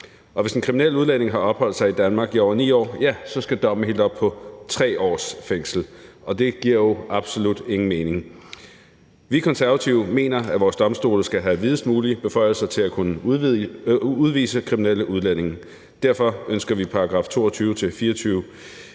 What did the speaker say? hvis en kriminel udlænding har opholdt sig i Danmark i over 9 år, skal dommen helt op på 3 års fængsel. Det giver jo absolut ingen mening. Vi Konservative mener, at vores domstole skal have videst mulige beføjelser til at kunne udvise kriminelle udlændinge. Derfor ønsker vi i §§ 22-24